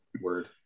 word